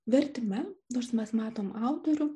vertime nors mes matom autorių